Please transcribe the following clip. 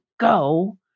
go